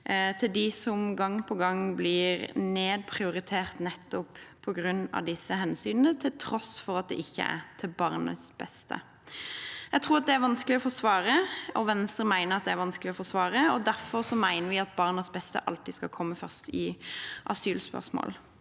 i bero som gang på gang blir nedprioritert nettopp på grunn av disse hensynene, til tross for at det ikke er til barnets beste. Jeg tror det er vanskelig å forsvare. Venstre mener det er vanskelig å forsvare. Derfor mener vi at barnas beste alltid skal komme først i asylspørsmål.